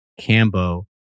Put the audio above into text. Cambo